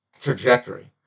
trajectory